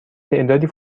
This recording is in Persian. تعدادی